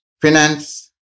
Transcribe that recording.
finance